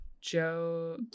Joe